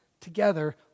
together